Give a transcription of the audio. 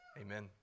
Amen